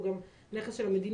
הוא גם נכס של המדינה,